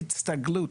הסתגלות.